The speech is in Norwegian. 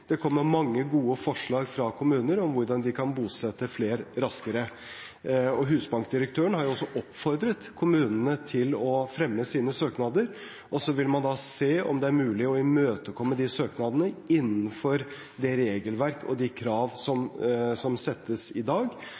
Det kommer mange gode forslag fra kommuner om hvordan de kan bosette flere raskere. Husbankdirektøren har også oppfordret kommunene til å fremme sine søknader, og så vil man se om det er mulig å imøtekomme de søknadene innenfor det regelverk og de krav som settes i dag.